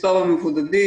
מספר המבודדים,